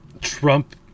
trump